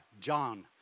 John